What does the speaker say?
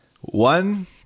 one